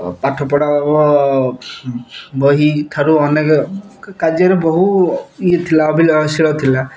ପାଠ ପଢ଼ା ବହି ଠାରୁ ଅନେକ କାର୍ଯ୍ୟରେ ବହୁ ଇଏ ଥିଲା ଥିଲା